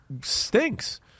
stinks